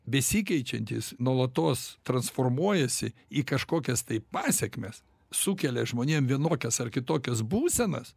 besikeičiantys nuolatos transformuojasi į kažkokias tai pasekmes sukelia žmonėm vienokias ar kitokias būsenas